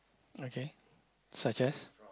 okay such as